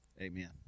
Amen